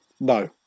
no